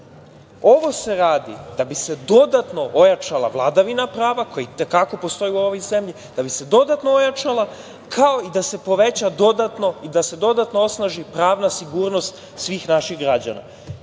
se radi da bi se dodatno ojačala vladavina prava koja i te kako postoji u ovoj zemlji, da bi se dodatno ojačala, kao i da se poveća dodatno i da se dodatno osnaži pravna sigurnost svih naših građana.